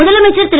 முதலமைச்சர் திரு